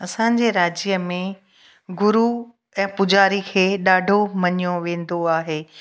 असांजे राज्य में गुरू ऐं पूजारी खे ॾाढो मञियो वेंदो आहे